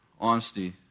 Honesty